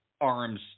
arms